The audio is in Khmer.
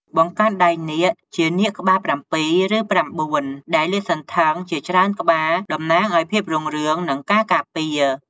បង្កាន់ដៃនាគ ជានាគក្បាលប្រាំពីរ ឬប្រាំបួន ដែលលាតសន្ធឹងជាច្រើនក្បាលតំណាងឲ្យភាពរុងរឿង និងការការពារ។